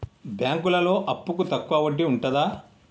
బ్యాంకులలో అప్పుకు తక్కువ వడ్డీ ఉంటదా?